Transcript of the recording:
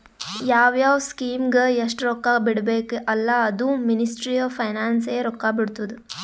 ಯಾವ್ ಯಾವ್ ಸ್ಕೀಮ್ಗ ಎಸ್ಟ್ ರೊಕ್ಕಾ ಬಿಡ್ಬೇಕ ಅಲ್ಲಾ ಅದೂ ಮಿನಿಸ್ಟ್ರಿ ಆಫ್ ಫೈನಾನ್ಸ್ ಎ ರೊಕ್ಕಾ ಬಿಡ್ತುದ್